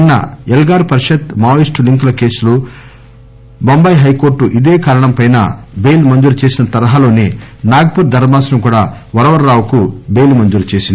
నిన్న ఎల్ గార్ పరిషత్ మావోయిస్లు లింకుల కేసులో బొంబాయి హైకోర్లు ఇదే కారణంపై బెయిల్ మంజురు చేసిన తరహాలోనే నాగపూర్ ధర్మాసనం కూడా వరవరరావుకు బెయిల్ మంజురు చేసింది